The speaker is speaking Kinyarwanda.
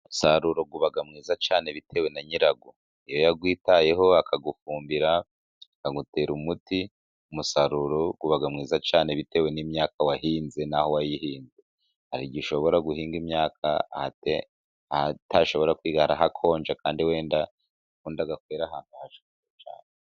Umusaruro uba mwiza cyane bitewe na nyirawo, iyo yakwitayeho akawufumbira, akawutera umuti, umusaruro uba mwiza cyane bitewe n'imyaka wahinze naho wayihinze, har'igihe ushobora guhinga imyaka, ahatashobora kwera hakonja kandi wenda yakunda kwera ahantu hashyuha cyane.